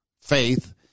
faith